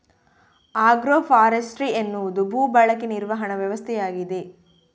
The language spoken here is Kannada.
ಆಗ್ರೋ ಫಾರೆಸ್ಟ್ರಿ ಎನ್ನುವುದು ಭೂ ಬಳಕೆ ನಿರ್ವಹಣಾ ವ್ಯವಸ್ಥೆಯಾಗಿದೆ